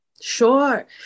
Sure